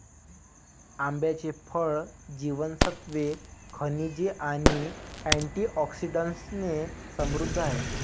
आंब्याचे फळ जीवनसत्त्वे, खनिजे आणि अँटिऑक्सिडंट्सने समृद्ध आहे